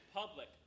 public